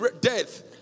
death